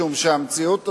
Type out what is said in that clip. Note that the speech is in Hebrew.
משום שהמציאות הזו,